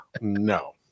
no